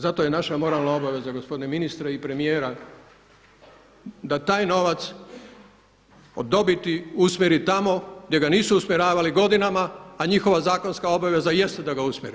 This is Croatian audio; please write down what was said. Zato je naša moralna obaveza gospodine ministre i premijera da taj novac od dobiti usmjeri tamo gdje ga nisu usmjeravali godinama, a njihova zakonska obaveza jeste da ga usmjere.